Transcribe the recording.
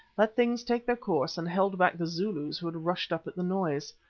let things take their course and held back the zulus who had rushed up at the noise.